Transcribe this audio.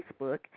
Facebook